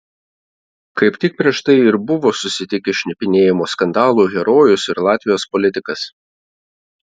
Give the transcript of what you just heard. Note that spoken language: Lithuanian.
kaip tik prieš tai ir buvo susitikę šnipinėjimo skandalų herojus ir latvijos politikas